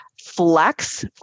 flex